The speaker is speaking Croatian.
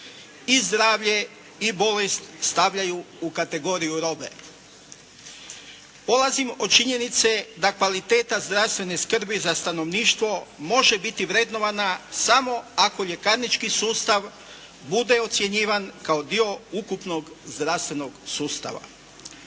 i zdravlje i bolest stavljaju u kategoriju robe. Polazim od činjenice da kvaliteta zdravstvene skrbi za stanovništvo može biti vrednovana samo ako ljekarnički sustav bude ocjenjivan kao dio ukupnog zdravstvenog sustava.